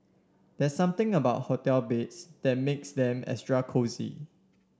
there's something about hotel beds that makes them extra cosy